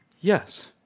Yes